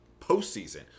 postseason